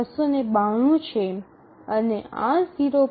૬૯૨ છે અને આ 0